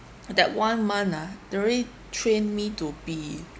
that one month ah they really train me to be